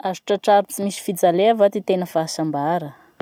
Azo tratrary tsy misy fijalia va ty tena fahasambara?